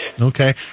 Okay